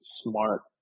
smart